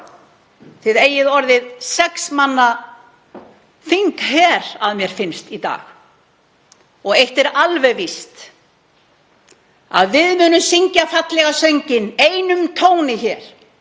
Þið eigið orðið sex manna þingher, að mér finnst, í dag. Og eitt er alveg víst: Við munum syngja fallega sönginn einum tóni hér.